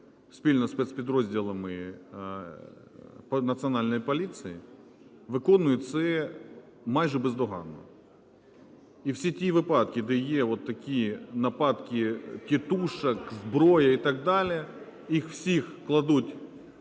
спільно зі спецпідрозділами Національної поліції виконує це майже бездоганно. І всі ті випадки, де є от такі нападки "тітушок", зброї і так далі, їх всіх кладуть